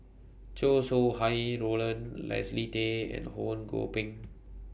Chow Sau Hai Roland Leslie Tay and Ho Kwon Ping